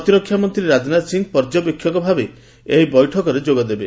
ପ୍ରତିରକ୍ଷା ମନ୍ତ୍ରୀ ରାଜନାଥ ସିଂହ ପର୍ଯ୍ୟବେକ୍ଷକଭାବେ ଏହି ବୈଠକରେ ଯୋଗଦେବେ